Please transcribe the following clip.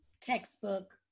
textbook